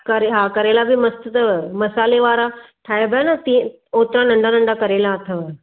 करेहा करेला बि मस्त अथव मसाले वारा ठाहिबा न तीअं ओतिरा नंढा नंढा करेला अथव